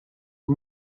are